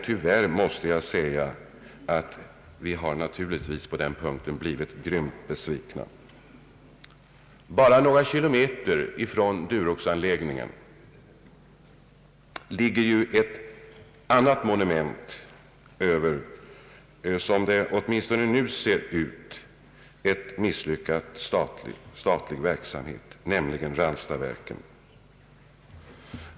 Tyvärr måste jag emellertid säga att vi på den punkten blivit grymt besvikna. Endast några kilometer från Duroxanläggningen ligger ett annat monument över — åtminstone som det nu ser ut — en misslyckad statlig verksamhet, nämligen Ranstaverken.